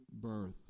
birth